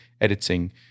editing